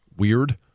weird